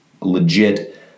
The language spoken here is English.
legit